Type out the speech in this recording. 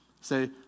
Say